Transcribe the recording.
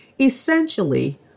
Essentially